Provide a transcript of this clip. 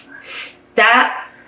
Stop